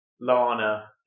Lana